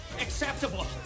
acceptable